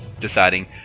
deciding